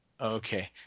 Okay